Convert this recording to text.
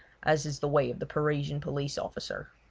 as is the way of the parisian police officer.